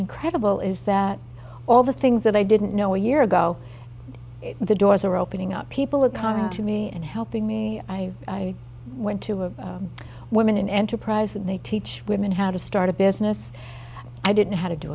incredible is that all the things that i didn't know a year ago the doors are opening up people are coming to me and helping me i went to a woman in enterprise and they teach women how to start a business i didn't know how to do